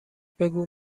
بگو